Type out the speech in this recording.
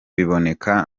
biboneka